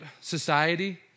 society